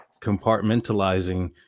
compartmentalizing